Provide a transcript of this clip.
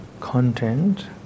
content